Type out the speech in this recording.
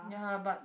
ya but